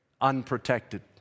unprotected